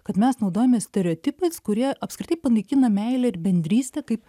kad mes naudojamės stereotipais kurie apskritai panaikina meilę ir bendrystę kaip